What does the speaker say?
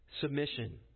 submission